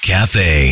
Cafe